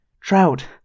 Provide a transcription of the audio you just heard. Trout